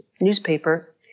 newspaper